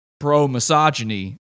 pro-misogyny